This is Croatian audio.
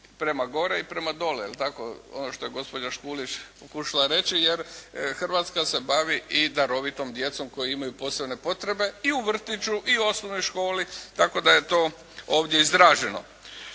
prema gore i prema dole, ono što je gospođa Škulić pokušala reći jer Hrvatska se bavi i darovitom djecom koja imaju posebne potrebe i u vrtiću i u osnovnoj školi, tako da je to ovdje izraženo.